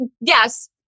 yes